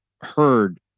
heard